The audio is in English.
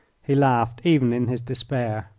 he laughed, even in his despair.